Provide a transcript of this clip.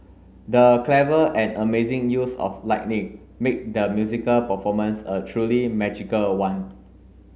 the clever and amazing use of lightning make the musical performance a truly magical one